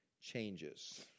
changes